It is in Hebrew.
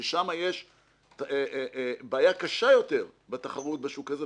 ששם יש בעיה קשה יותר בתחרות בשוק הזה,